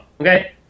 okay